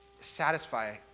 satisfy